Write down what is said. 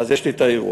אז יש לי האירוע: